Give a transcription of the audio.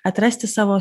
atrasti savo